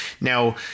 Now